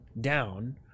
down